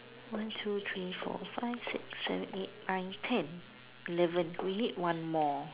one two three four five six seven eight nine ten eleven we need one more